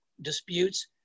disputes